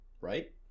right